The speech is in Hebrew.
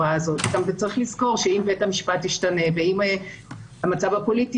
צריך לזכור שאם בית המשפט ישתנה ואם המצב הפוליטי